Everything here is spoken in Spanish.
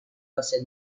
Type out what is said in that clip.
los